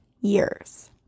years